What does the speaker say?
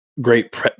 great